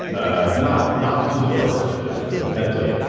ah not not to the first person, just you know independently,